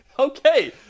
Okay